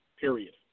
period